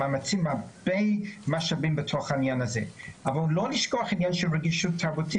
הייתי צריכה להפעיל המון-המון רגישות: על מה אתה מדבר?